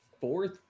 fourth –